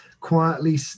quietly